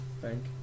Thank